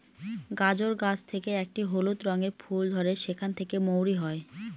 গাজর গাছ থেকে একটি হলুদ রঙের ফুল ধরে সেখান থেকে মৌরি হয়